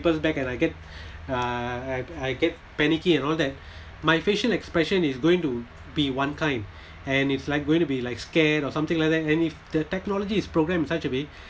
peoples bag and I get uh I I get panicky and all that my facial expression is going to be one kind and it's like going to be like scared or something like that and if the technology is programmed in such a way